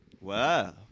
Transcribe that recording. Wow